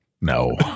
No